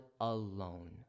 alone